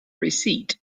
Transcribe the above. receipt